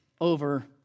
over